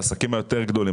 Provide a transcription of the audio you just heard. העסקים היותר גדולים.